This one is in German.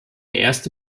erste